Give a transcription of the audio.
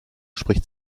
spricht